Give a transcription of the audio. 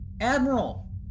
Admiral